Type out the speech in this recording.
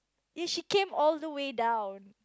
ya she came all the way down